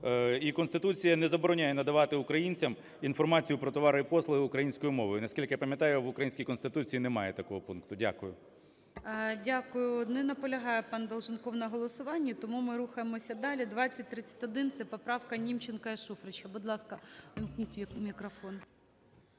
І Конституція не забороняє надавати українцям інформацію про товари і послуги українською мовою. Наскільки я пам'ятаю, в українській Конституції немає такого пункту. Дякую. ГОЛОВУЮЧИЙ. Дякую. Не наполягає пан Долженков на голосуванні. Тому ми рухаємося далі. 2031 – це поправка Німченка і Шуфрича. Будь ласка, увімкніть мікрофон.